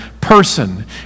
person